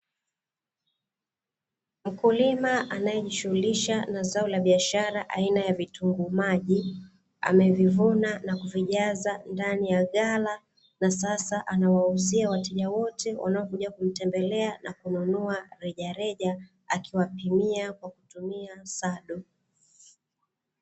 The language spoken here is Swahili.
Mkulima anayejishughulisha na zao la biashara aina ya vitunguu maji, amevivuna na kuvijaza ndani ya ghala, na sasa anawauzia wateja wote wanaokuja kumtembelea na kununua rejareja, akiwapimia kwa kutumia sado.